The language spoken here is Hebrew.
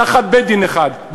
תחת בית-דין אחד.